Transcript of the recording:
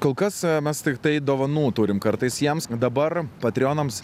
kol kas mes tiktai dovanų turim kartais jiems dabar patrionams